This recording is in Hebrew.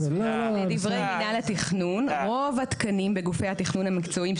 לדברי מינהל התכנון רוב התקנים בגופי התכנון המקצועיים,